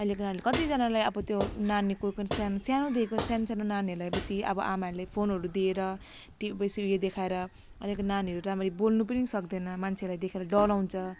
अहिलेको नानी कतिजनालाई अब त्यो नानी को को न सानो सानोदेखिको सानसानो नानीहरूलाई बेसी अब आमाहरूले फोनहरू दिएर टिभी बेसीहरू देखाएर अहिलेको नानीहरू राम्ररी बोल्नु पनि सक्दैन मान्छेलाई देख्दा पनि डराउँछ